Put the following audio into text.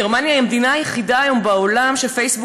גרמניה היא המדינה היחידה היום בעולם שפייסבוק